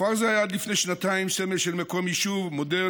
כפר זה היה עד לפני שנתיים סמל של מקום יישוב מודרני,